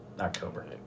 October